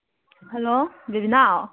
hello ꯕꯦꯕꯤꯅꯥꯎ